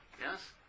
Yes